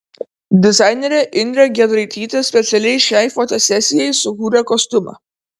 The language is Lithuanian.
dizainerė indrė giedraitytė specialiai šiai fotosesijai sukūrė kostiumą